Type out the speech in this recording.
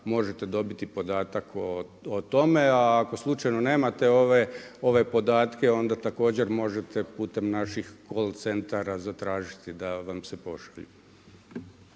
možete dobiti podatak o tome. Ako slučajno nemate ove podatke onda također možete putem naših col centara zatražiti da vam se pošalje.